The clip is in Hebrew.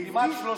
עברית?